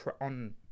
on